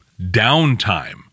downtime